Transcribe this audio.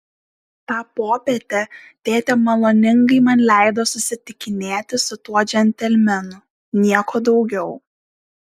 tą popietę tėtė maloningai man leido susitikinėti su tuo džentelmenu nieko daugiau